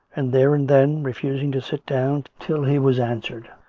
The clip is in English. and there and then, refusing to sit down till he was answered,